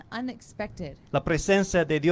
unexpected